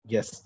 Yes